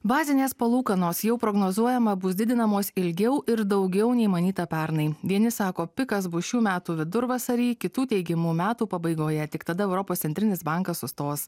bazinės palūkanos jau prognozuojama bus didinamos ilgiau ir daugiau nei manyta pernai vieni sako pikas bus šių metų vidurvasarį kitų teigimu metų pabaigoje tik tada europos centrinis bankas sustos